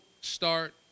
start